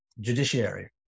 judiciary